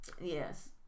Yes